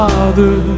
Father